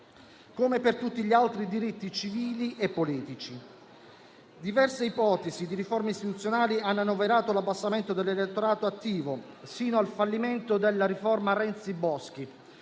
come per tutti gli altri diritti civili e politici. Diverse ipotesi di riforme istituzionali hanno annoverato l'abbassamento dell'elettorato attivo, sino al fallimento della riforma Renzi-Boschi.